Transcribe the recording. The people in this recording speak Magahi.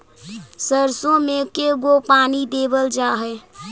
सरसों में के गो पानी देबल जा है?